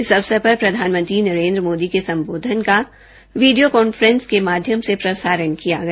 इस अवसर पर प्रधानमंत्री नरेंद्र मोदी के संबोधन का वीडियो कांफ्रेंसिंग के जरिए प्रसारण किया गया